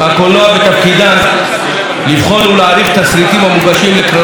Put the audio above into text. ותפקידם לבחון ולהעריך תסריטים המוגשים לקרנות הקולנוע